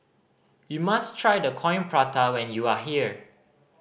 you must try the Coin Prata when you are here